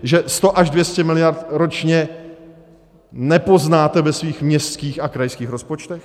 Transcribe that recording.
Že 100 až 200 miliard ročně nepoznáte ve svých městských a krajských rozpočtech?